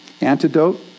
antidote